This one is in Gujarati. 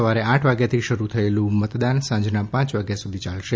સવારે આઠ વાગ્યાથી શરૂ થયેલું મતદાન સાંજના પાંચ વાગ્યા સુધી ચાલશે